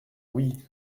oui